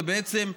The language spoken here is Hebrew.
ובעצם,